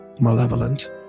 malevolent